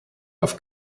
auf